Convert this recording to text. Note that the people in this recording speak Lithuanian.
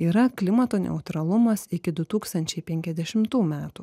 yra klimato neutralumas iki du tūkstančiai penkiasdešimtų metų